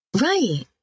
Right